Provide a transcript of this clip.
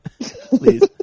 Please